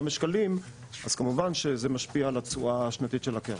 בשקלים אז כמובן שזה משפיע על התשואה השנתית של הקרן.